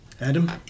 Adam